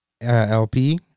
LP